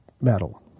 metal